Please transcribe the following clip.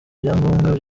byangombwa